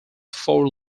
four